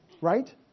Right